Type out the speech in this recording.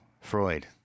Freud